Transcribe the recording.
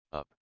up